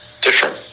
different